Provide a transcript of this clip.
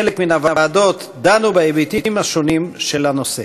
חלק מן הוועדות דנו בהיבטים שונים של הנושא.